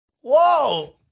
whoa